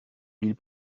villes